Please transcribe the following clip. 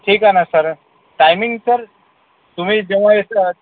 ठीक आहे ना सर टाईमिंग सर तुम्ही जेव्हा येतात